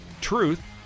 truth